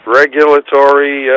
regulatory